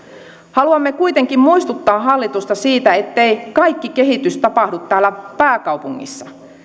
haluamme kuitenkin muistuttaa hallitusta siitä ettei kaikki kehitys tapahdu täällä pääkaupungissa